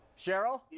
Cheryl